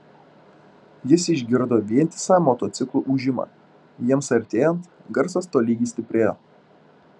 jis išgirdo vientisą motociklų ūžimą jiems artėjant garsas tolygiai stiprėjo